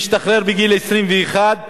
משתחרר בגיל 21,